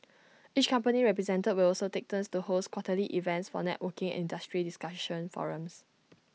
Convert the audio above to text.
each company represented will also take turns to host quarterly events for networking and industry discussion forums